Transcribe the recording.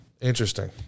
Interesting